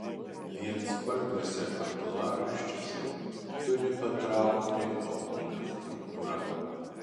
vienspalviuose kaklaraiščiuose turi patraukti audinio struktūra